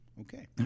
okay